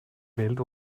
welt